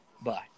Bye